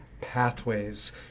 pathways